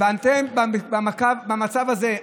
במצב הזה,